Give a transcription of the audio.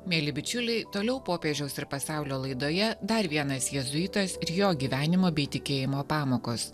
mieli bičiuliai toliau popiežiaus ir pasaulio laidoje dar vienas jėzuitas ir jo gyvenimo bei tikėjimo pamokos